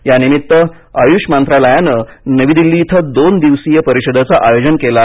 या निमित्त आयुष मंत्रालयाने नवी दिल्ली इथं दोन दिवसीय परीषदेचं आयोजन केलं आहे